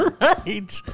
right